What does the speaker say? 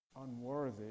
unworthy